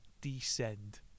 descend